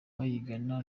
bayingana